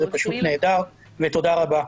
זה פשוט נהדר ותודה רבה.